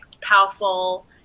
powerful